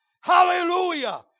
Hallelujah